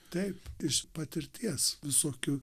taip iš patirties visokių